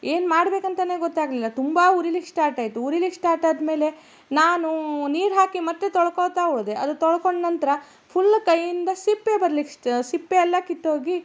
ಏನು ಮಾಡಬೇಕಂತ ಗೊತ್ತಾಗಲಿಲ್ಲ ತುಂಬ ಉರಿಲಿಕ್ಕೆ ಸ್ಟಾರ್ಟ್ ಆಯಿತು ಉರಿಲಿಕ್ಕೆ ಸ್ಟಾರ್ಟ್ ಆದಮೇಲೆ ನಾನು ನೀರು ಹಾಕಿ ಮತ್ತೆ ತೊಳಕೋತಾ ಹೋದೆ ಅದು ತೊಳ್ಕೊಂಡು ನಂತರ ಫುಲ್ ಕೈಯಿಂದ ಸಿಪ್ಪೆ ಬರ್ಲಿಕ್ಕೆ ಸ್ಟ ಸಿಪ್ಪೆಯೆಲ್ಲ ಕಿತ್ತೋಗಿ